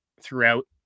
throughout